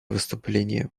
выступление